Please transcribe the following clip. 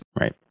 Right